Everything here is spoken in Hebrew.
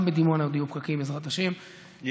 גם בדימונה עוד יהיו פקקים, בעזרת השם, יש.